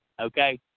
okay